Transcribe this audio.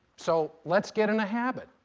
so let's get in the habit.